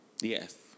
Yes